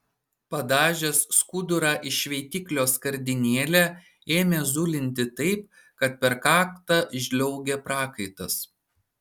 padažęs skudurą į šveitiklio skardinėlę ėmė zulinti taip kad per kaktą žliaugė prakaitas